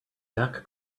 zach